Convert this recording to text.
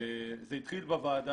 זה התחיל בחוק,